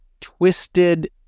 twisted